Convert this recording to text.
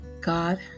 God